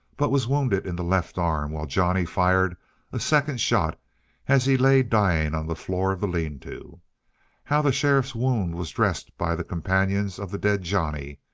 but was wounded in the left arm while johnny fired a second shot as he lay dying on the floor of the lean-to. how the sheriff's wound was dressed by the companions of the dead johnny,